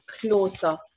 closer